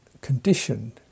conditioned